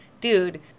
dude